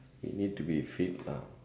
you need to be fit lah